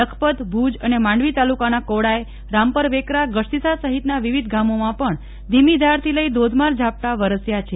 લખપત ભુજ અને માંડવી તાલુકાના કોડાય રામપર વેકરા ગઢશીશા સહિતના વિવિધ ગામોમાં પણ ધીમી ધારથી લઈ ધોધમાર ઝાપટાં વરસ્યાં છે